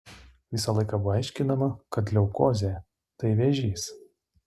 visą laiką buvo aiškinama kad leukozė tai vėžys